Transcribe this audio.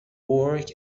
work